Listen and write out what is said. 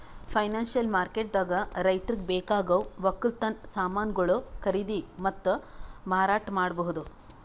financial ಮಾರ್ಕೆಟ್ದಾಗ್ ರೈತರಿಗ್ ಬೇಕಾಗವ್ ವಕ್ಕಲತನ್ ಸಮಾನ್ಗೊಳು ಖರೀದಿ ಮತ್ತ್ ಮಾರಾಟ್ ಮಾಡ್ಬಹುದ್